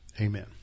Amen